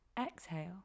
exhale